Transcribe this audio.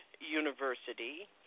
University